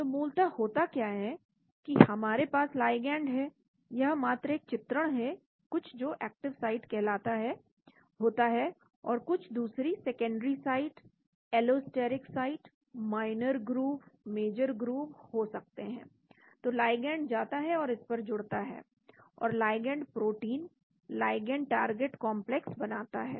तो मूलतः होता क्या है की हमारे पास लाइगैंड है यह मात्र एक चित्रण है कुछ जो एक्टिव साइट कहलाता है होता है और कुछ दूसरी secondary site allosteric site minor groove major groove हो सकते हैं तो लाइगैंड जाता है और इस पर जुड़ता है और ligand protein ligand target complex बनाता है